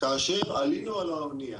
כאשר עלינו על האונייה,